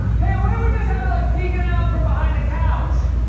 hey, why don't we just have it, like, peeking out from behind the couch?